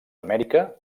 amèrica